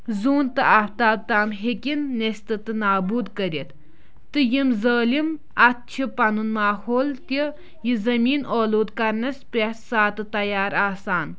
زوٗن تہٕ آفتاب تام ہیٚکِن نیستہٕ تہٕ نابوٗد کٔرِتھ تہٕ یِم ظٲلِم اَتھ چھِ پَنُن ماحول تہِ یہِ زٔمیٖن اولوٗد کرنَس پرٮ۪تھ ساتہٕ تَیار آسان